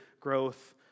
growth